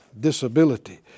disability